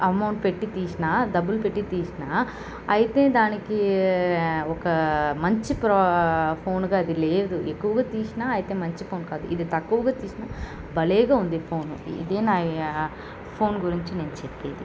amount పెట్టి తీసినా డబ్బులు పెట్టి తీసిన అయితే దానికి ఒక మంచి ప్రొ ఫోన్గా అది లేదు ఎక్కువగా తీసిన అయితే మంచి ఫోన్ కాదు ఇది తక్కువగా తీసిన భలేగా ఉంది ఫోను ఇదే నా ఈ ఫోన్ గురించి నేను చెప్పేది